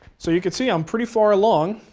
so you can see i'm pretty far along.